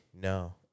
No